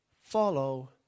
follow